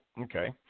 Okay